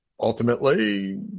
Ultimately